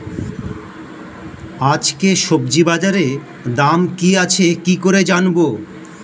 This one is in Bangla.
আজকে সবজি বাজারে দাম কি আছে কি করে জানবো?